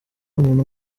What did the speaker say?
umuntu